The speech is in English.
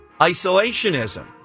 isolationism